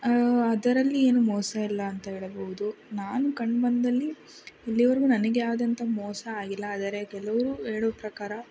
ಅದರಲ್ಲಿ ಏನು ಮೋಸ ಇಲ್ಲ ಅಂತ ಹೇಳಬಹುದು ನಾನು ಕಂಡು ಬಂದಲ್ಲಿ ಇಲ್ಲಿವರೆಗೂ ನನಗೆ ಯಾವುದೇ ಆದಂಥ ಮೋಸ ಆಗಿಲ್ಲ ಆದರೆ ಕೆಲವರು ಹೇಳುವ ಪ್ರಕಾರ